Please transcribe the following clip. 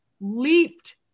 leaped